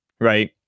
right